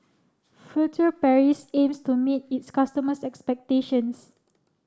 Furtere Paris aims to meet its customers expectations